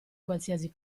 qualsiasi